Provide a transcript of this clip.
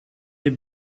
had